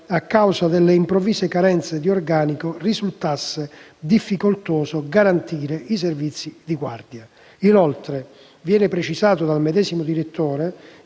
a cause delle improvvise carenze di organico risultasse difficoltoso garantire i servizi di guardia. Viene precisato ulteriormente dal medesimo direttore